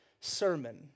sermon